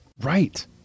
Right